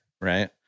Right